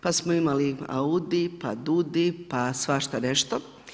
Pa smo imali AUDI, pa DUUDI, pa svašta nešto.